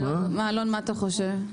אלון מה אתה חושב?